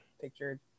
pictured